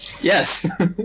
Yes